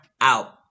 out